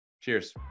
Cheers